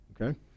Okay